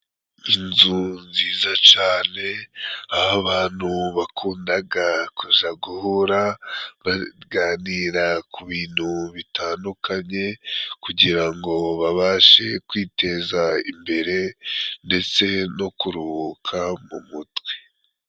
Inzu nziza cane, aho abantu bakundaga kuja guhura baganira ku bintu bitandukanye, kugira ngo babashe kwiteza imbere ndetse no kuruhuka mu mutwe.